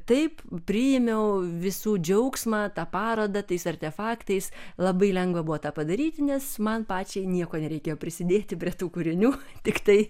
taip priėmiau visų džiaugsmą tą parodą tais artefaktais labai lengva buvo tą padaryti nes man pačiai nieko nereikėjo prisidėti prie tų kūrinių tiktai